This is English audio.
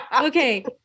Okay